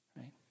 Right